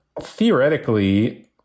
theoretically